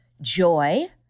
Joy